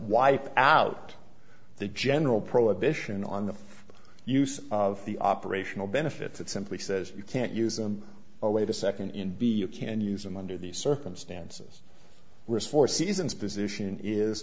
wipe out the general prohibition on the use of the operational benefits it simply says you can't use them or wait a second in b you can use them under these circumstances risk for season's position is